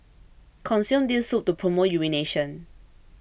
consume this soup to promote urination